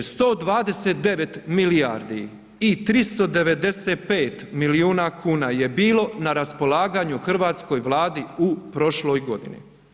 129 milijardi i 395 milijuna kuna je bilo na raspolaganju hrvatskoj Vladi u prošloj godini.